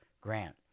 Grant